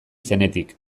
zenetik